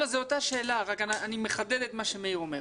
זאת אותה שאלה שאני מחדד את מה שאומר מאיר כהן.